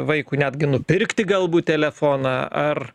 vaikui netgi nupirkti galbūt telefoną ar